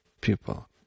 people